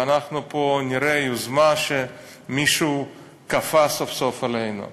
ואנחנו נראה יוזמה שמישהו כפה סוף-סוף עלינו.